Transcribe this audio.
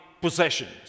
possessions